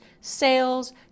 sales